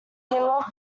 love